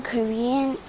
Korean